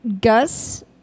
Gus